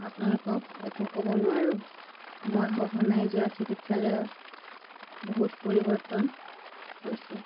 আপোনালোকক একো ক'ব নোৱাৰোঁ মই সঘনাই যোৱা চিকিৎসালয়ত বহুত পৰিৱৰ্তন হৈছে